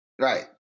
Right